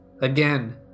Again